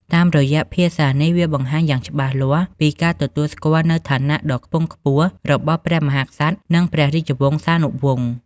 តាមរយៈភាសានេះ វាបង្ហាញយ៉ាងច្បាស់លាស់ពីការទទួលស្គាល់នូវឋានៈដ៏ខ្ពង់ខ្ពស់របស់ព្រះមហាក្សត្រ និងព្រះរាជវង្សានុវង្ស។